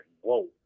whoa